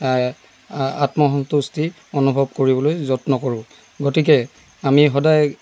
আত্ম সন্তুষ্টি অনুভৱ কৰিবলৈ যত্ন কৰো গতিকে আমি সদাই